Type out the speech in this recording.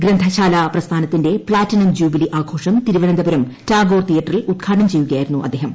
ഗ്രന്ഥശാലാ പ്രസ്ഥാനത്തിന്റെ platinum jubilee ആഘോഷം തിരുവനന്തപുരം ടാഗോർ തിയേറ്ററിൽ ഉദ്ഘാടനം ചെയ്യുകയായിരുന്നു അദ്ദേഹം